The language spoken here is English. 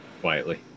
quietly